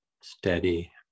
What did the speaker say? Steady